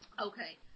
Okay